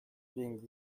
being